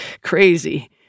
crazy